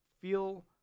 feel